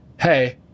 hey